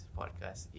podcast